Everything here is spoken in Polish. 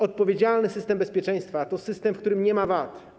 Odpowiedzialny system bezpieczeństwa to system, w którym nie ma wad.